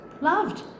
loved